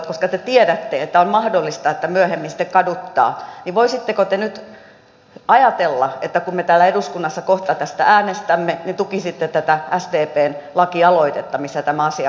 koska te tiedätte että on mahdollista että myöhemmin sitten kaduttaa niin voisitteko te nyt ajatella että kun me täällä eduskunnassa kohta tästä äänestämme tukisitte tätä sdpn lakialoitetta missä tämä asia korjattaisiin